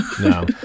No